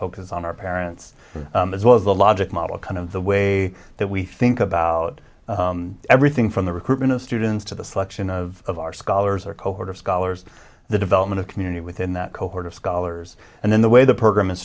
focus on our parents as well as the logic model kind of the way that we think about everything from the recruitment of students to the selection of our scholars or cohort of scholars the development of community within that cohort of scholars and then the way the program